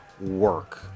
work